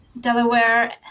delaware